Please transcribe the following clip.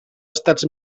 estats